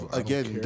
again